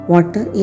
Water